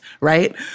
right